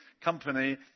company